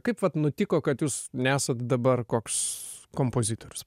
kaip vat nutiko kad jūs nesat dabar koks kompozitorius